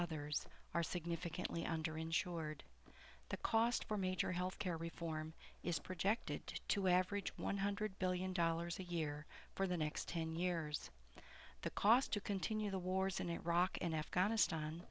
others are significantly under insured the cost for major health care reform is projected to average one hundred billion dollars a year for the next ten years the cost to continue the wars in iraq and afghanistan